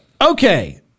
Okay